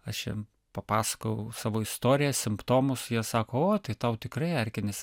aš jiem papasakojau savo istoriją simptomus jie sako o tai tau tikrai erkinis